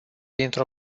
dintr